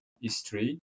history